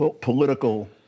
political